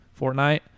Fortnite